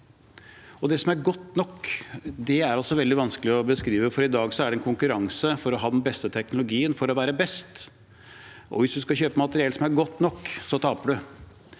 Hva som er godt nok, er også veldig vanskelig å beskrive, for i dag er det en konkurranse om å ha den beste teknologien for å være best. Hvis man skal kjøpe materiell som er godt nok, så taper man.